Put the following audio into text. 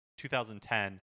2010